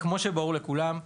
-- כמו שברור לכולם,